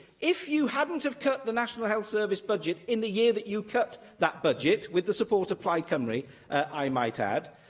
if you hadn't cut the national health service budget in the year that you cut that budget, with the support of plaid cymru i might add,